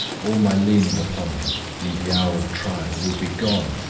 all my leaning upon him in the hour of trial will be gone,